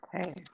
Okay